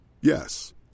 Yes